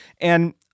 And-